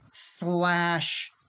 Slash